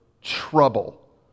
trouble